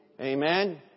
Amen